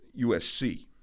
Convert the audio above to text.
USC